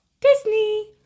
Disney